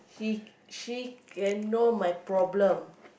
she she can know my problem